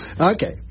Okay